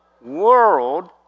World